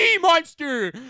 MONSTER